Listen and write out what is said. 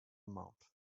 amount